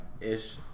ish